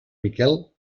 miquel